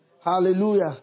Hallelujah